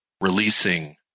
releasing